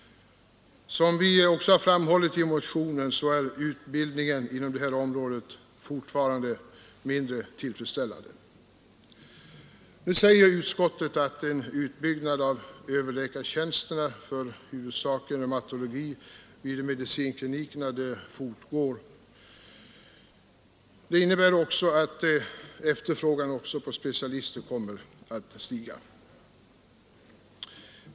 Som vi också framhållit i motionen är utbildningen inom detta område för närvarande mindre tillfredsställande. Utskottet säger att en utbyggnad av överläkartjänsterna för huvudsakligen reumatologi vid medicinkliniker fortgår. Det innebär att även efterfrågan på specialister kommer att öka.